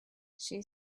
she